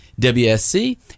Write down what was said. WSC